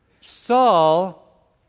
Saul